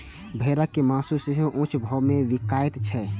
भेड़क मासु सेहो ऊंच भाव मे बिकाइत छै